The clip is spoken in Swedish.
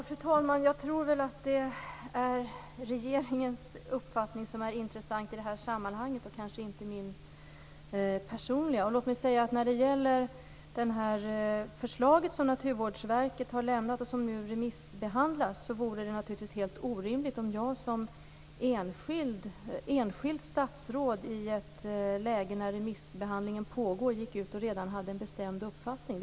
Fru talman! Det är nog regeringens uppfattning, inte min personliga, som är intressant i sammanhanget. Det förslag som Naturvårdsverket har lämnat remissbehandlas nu. Det vore naturligtvis helt orimligt om jag som enskilt statsråd skulle ha en bestämd uppfattning redan under remissbehandlingen.